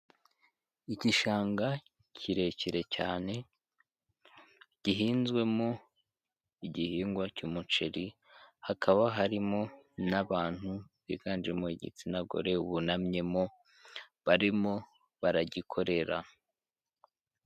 Igishanga kirekire cyane gihinzwemo igihingwa cy'umuceri hakaba harimo n'abantu biganjemo igitsina gore bunamyemo barimo baragikorera.